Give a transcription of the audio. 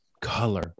Color